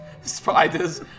spiders